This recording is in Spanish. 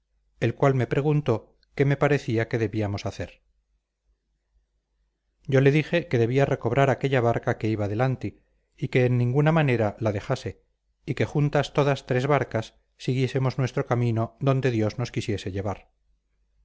el cual me preguntó qué me parecía que debíamos hacer yo le dije que debía recobrar aquella barca que iba delante y que en ninguna manera la dejase y que juntas todas tres barcas siguiésemos nuestro camino donde dios nos quisiese llevar